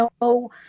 no